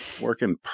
working